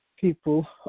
people